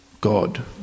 God